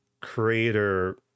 creator